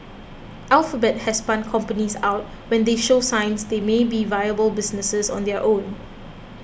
alphabet has spun companies out when they show signs they might be viable businesses on their own